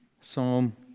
Psalm